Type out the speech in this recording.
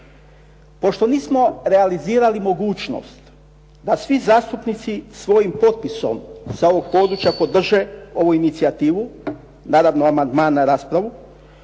Pošto nismo realizirali mogućnost da svi zastupnici svojim potpisom sa ovog područja podrže ovu inicijativu, naravno amandman na raspravu,